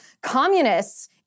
communists